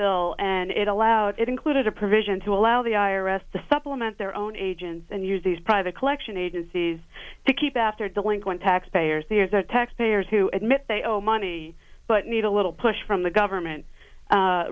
bill and it allowed it included a provision to allow the i r s to supplement their own agents and use these private collection agencies to keep after delinquent taxpayers there's a taxpayers who admit they owe money but need a little push from the government